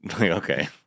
Okay